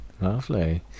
lovely